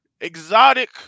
Exotic